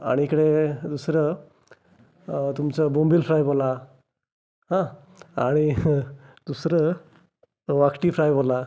आणि इकडे दुसरं तुमचं बोंबील फ्राय बोला आं आणि दुसरं वाखटी फ्राय बोला